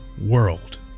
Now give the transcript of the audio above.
world